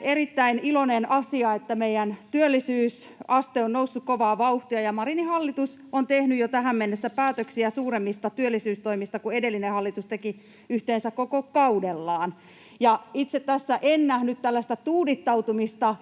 erittäin iloinen asia, että meidän työllisyysaste on noussut kovaa vauhtia. Marinin hallitus on jo tähän mennessä tehnyt päätöksiä suuremmista työllisyystoimista kuin edellinen hallitus teki yhteensä koko kaudellaan, ja itse tässä en nähnyt tällaista tuudittautumista